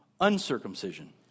uncircumcision